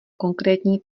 konkrétní